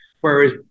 Whereas